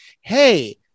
Hey